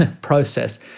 process